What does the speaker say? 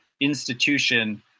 institution